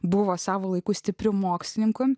buvo savo laiku stiprių mokslininkų